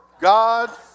God